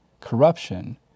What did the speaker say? corruption